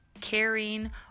caring